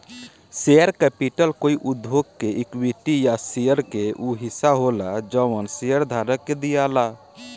share capital कोई उद्योग के इक्विटी या शेयर के उ हिस्सा होला जवन शेयरधारक के दियाला